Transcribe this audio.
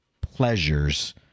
pleasures